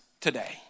today